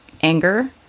anger